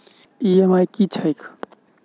EMI की छैक?